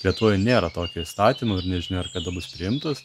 lietuvoje nėra tokio įstatymo ir nežinia ar kada bus priimtas